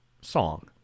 song